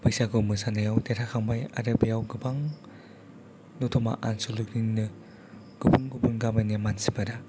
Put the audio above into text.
बैसागु मोसानायाव देरहाखांबाय आरो बेयाव गोबां दतमा आन्सलिकनिनो गोबां गुबुन गामिनि मानसिफोरा